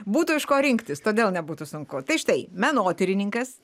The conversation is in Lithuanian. būtų iš ko rinktis todėl nebūtų sunku tai štai menotyrininkas